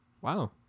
wow